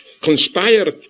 conspired